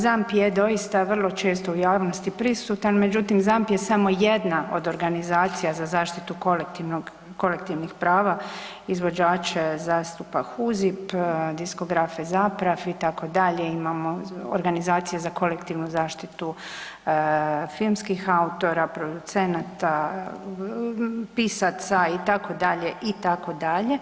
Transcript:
ZAMP je doista vrlo često u javnost prisutan, međutim ZAMP je samo jedna od organizacija za zaštitu kolektivnih prava, izvođače zastupa HUZIP, diskografe ZAPRAF itd., imamo organizacija za kolektivu zaštitu filmskih autora, producenata, pisaca itd., itd.